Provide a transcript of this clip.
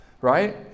right